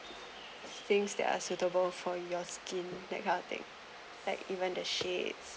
things that are suitable for your skin that kind of thing like even the shades